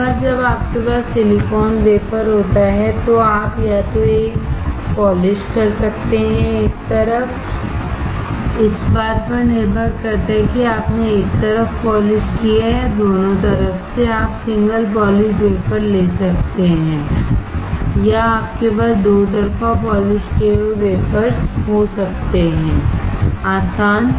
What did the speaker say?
एक बार जब आपके पास सिलिकॉन वेफर होता है तो आप या तो एक पॉलिश कर सकते हैं एक तरफ इस बात पर निर्भर करता है कि आपने एक तरफ पॉलिश की है या दोनों तरफ से आप सिंगल पॉलिश वेफर ले सकते हैं या आपके पास दो तरफा पॉलिश किए हुए वेफर्स हो सकते हैं आसान